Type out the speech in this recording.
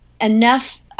enough